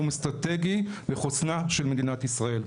איום אסטרטגי לחוסנה של מדינת ישראל.